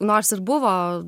nors ir buvo